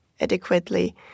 adequately